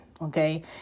okay